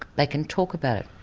they can talk about it.